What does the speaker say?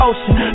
Ocean